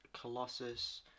Colossus